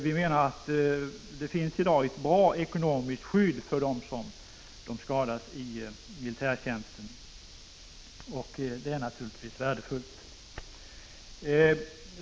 Vi menar att det i dag finns ett bra ekonomiskt skydd för dem som skadas i militärtjänsten, och det är naturligtvis värdefullt.